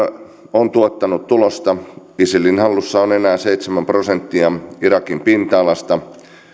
on tuottanut tulosta isilin hallussa on enää seitsemän prosenttia irakin pinta alasta